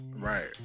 right